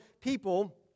people